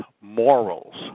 morals